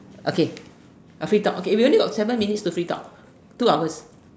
okay a free talk we only got seven minutes to free talk two hours